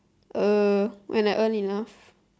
uh when I earn enough